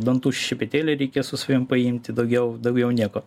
dantų šepetėlį reikės su savim paimti daugiau daugiau nieko